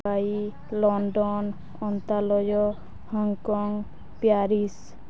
Dubai London ଅନ୍ତାଲୟ Hong Kong Paris